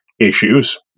issues